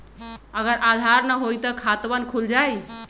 अगर आधार न होई त खातवन खुल जाई?